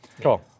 cool